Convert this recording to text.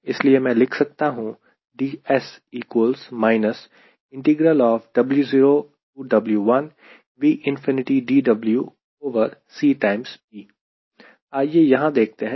इसलिए मैं लिख सकता हूं आइए यहां देखते हैं